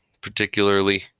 particularly